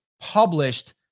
published